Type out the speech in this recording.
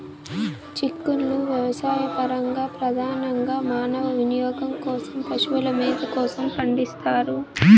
చిక్కుళ్ళు వ్యవసాయపరంగా, ప్రధానంగా మానవ వినియోగం కోసం, పశువుల మేత కోసం పండిస్తారు